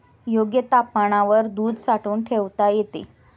योग्य तापमानावर दूध साठवून ठेवता येते